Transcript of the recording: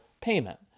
payment